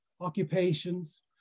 occupations